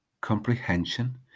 comprehension